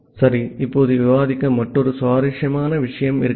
சரி இப்போது விவாதிக்க மற்றொரு சுவாரஸ்யமான விஷயம் இருக்கிறது